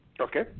Okay